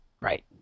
right